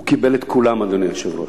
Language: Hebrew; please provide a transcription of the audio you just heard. הוא קיבל את כולם, אדוני היושב-ראש.